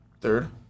Third